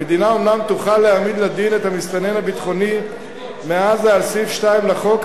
המדינה אומנם תוכל להעמיד לדין את המסתנן הביטחוני מעזה על סעיף 2 לחוק,